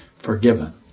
Forgiven